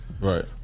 Right